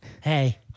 Hey